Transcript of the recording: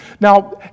Now